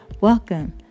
welcome